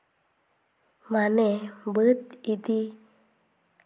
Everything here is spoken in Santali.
ᱢᱟᱱᱮ ᱵᱟᱹᱫᱽ ᱤᱫᱤ